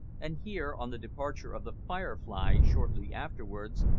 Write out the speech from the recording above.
and here, on the departure of the firefly shortly afterwards,